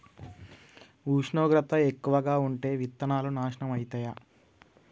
ఉష్ణోగ్రత ఎక్కువగా ఉంటే విత్తనాలు నాశనం ఐతయా?